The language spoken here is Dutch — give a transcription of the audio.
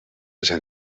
zijn